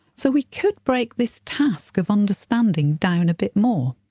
so we could break this task of understanding down a bit more.